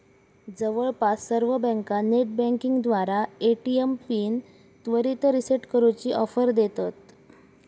जवळपास सर्व बँका नेटबँकिंगद्वारा ए.टी.एम पिन त्वरित रीसेट करूची ऑफर देतत